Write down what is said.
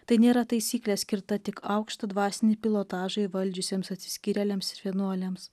tai nėra taisyklė skirta tik aukštą dvasinį pilotažą įvaldžiusiems atsiskyrėliams ir vienuoliams